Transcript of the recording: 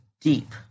deep